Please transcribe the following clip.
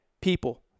people